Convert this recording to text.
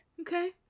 Okay